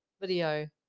video